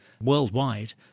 worldwide